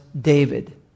David